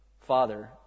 Father